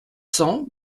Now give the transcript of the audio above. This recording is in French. cents